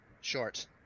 short